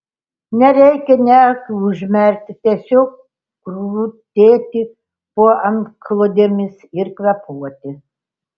nereikia nė akių užmerkti tiesiog kiūtoti po antklodėmis ir kvėpuoti